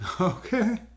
Okay